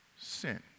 sin